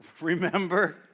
Remember